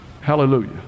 Hallelujah